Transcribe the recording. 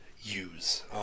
use